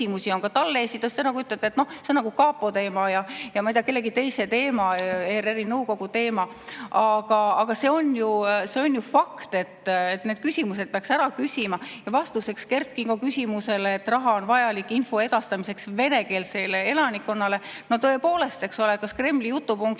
te ütlesite, et see on nagu kapo teema ja, ma ei tea, kellegi teise teema, ERR-i nõukogu teema. Aga see on ju fakt, need küsimused peaks ära küsima. Vastasite Kert Kingo küsimusele, et raha on vajalik info edastamiseks venekeelsele elanikkonnale. Tõepoolest, eks ole, Kremli jutupunktid